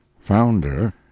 founder